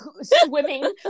swimming